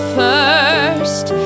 first